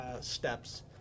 steps